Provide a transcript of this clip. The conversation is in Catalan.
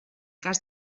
cas